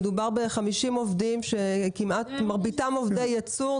מדובר ב-50 עובדים שמרביתם עובדי ייצור,